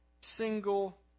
single